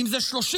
אם זה 30%,